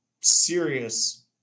serious